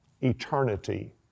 eternity